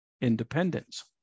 independence